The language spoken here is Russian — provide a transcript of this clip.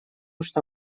что